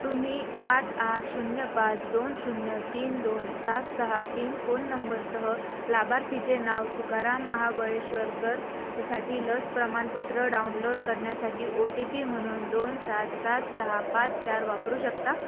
तुम्ही आठ आठ शून्य पाच दोन शून्य तीन दोन सात सहा तीन फोन नंबरसह लाभार्थीचे नाव तुकाराम महाबळेश्वरकर साठी लस प्रमाणपत्र डाउनलोड करण्यासाठी ओटीपी म्हणून दोन सात सात सहा पाच चार वापरू शकता